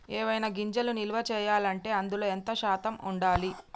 ఏవైనా గింజలు నిల్వ చేయాలంటే అందులో ఎంత శాతం ఉండాలి?